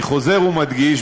אני חוזר ומדגיש,